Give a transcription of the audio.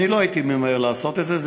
אני לא הייתי ממהר לעשות את זה.